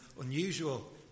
unusual